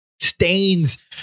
Stains